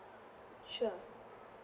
sure